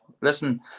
listen